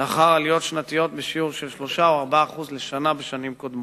לאחר עליות שנתיות בשיעור של 3% או 4% לשנה בשנים קודמות.